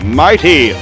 mighty